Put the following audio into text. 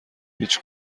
هیچ